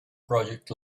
project